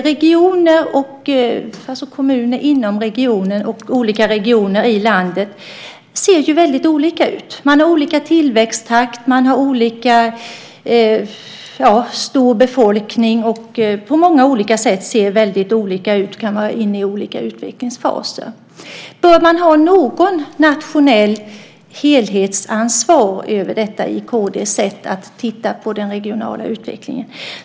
Regioner, kommuner inom regioner och olika regioner i landet ser ju väldigt olika ut. Man har olika tillväxttakt, man har olika stor befolkning och ser på många olika sätt väldigt olika ut. Man kan vara inne i olika utvecklingsfaser. Bör man ha något nationellt helhetsansvar över detta enligt kd:s sätt att titta på den regionala utvecklingen?